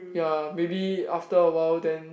ya maybe after awhile then